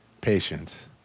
patience